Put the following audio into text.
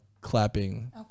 clapping